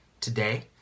today